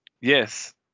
Yes